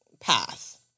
path